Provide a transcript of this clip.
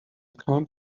can’t